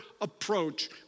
approach